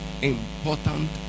important